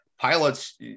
pilots